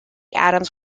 adams